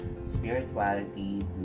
spirituality